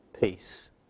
peace